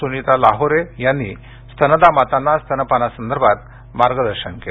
सुनिता लाहोरे यांनी स्तनदा मातांना स्तनपानसंदर्भात मार्गदर्शन केले